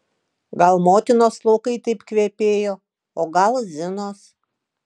gal motinos plaukai taip kvepėjo o gal zinos